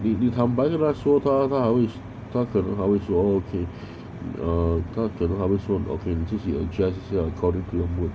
你你坦白跟他说他他还会说他可能还会说 oh okay uh 他可能还会说 okay 你自己 adjust 一下 according to your mood